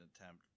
attempt